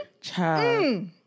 Child